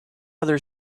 other